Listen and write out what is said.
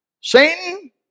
Satan